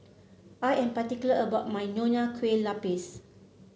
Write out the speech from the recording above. I am particular about my Nonya Kueh Lapis